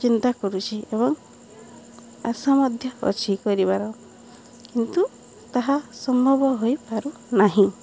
ଚିନ୍ତା କରୁଛି ଏବଂ ଆଶା ମଧ୍ୟ ଅଛି କରିବାର କିନ୍ତୁ ତାହା ସମ୍ଭବ ହୋଇପାରୁ ନାହିଁ